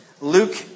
Luke